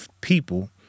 people